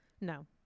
No